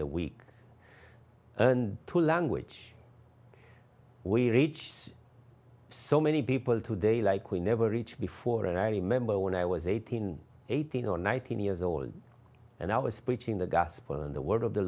the week and to language we reach so many people today like we never reach before and i remember when i was eighteen eighteen or nineteen years old and i was preaching the gospel and the word of the